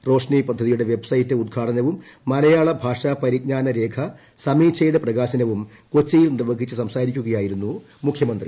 റോഷ്നി പദ്ധതിയുടെ വെബ്സൈറ്റ് ഉദ്ഘാടനവും മലയാള ഭാഷ പരിജ്ഞാന രേഖ സമീക്ഷ യുടെ പ്രകാശനവും കൊച്ചിയിൽ നിർവ്വഹിച്ചു സംസാരിക്കുകയായിരുന്നു മുഖ്യമന്ത്രി